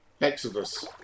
Exodus